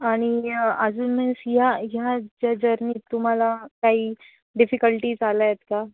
आणि अजून मिन्स ह्या ह्या ज जर्नीत तुम्हाला काही डिफिकल्टीज आल्या आहेत का